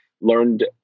learned